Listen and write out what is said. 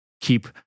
keep